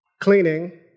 cleaning